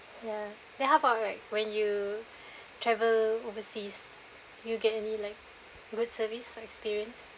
ya they have one like when you travel overseas you get any like good service or experience